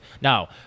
Now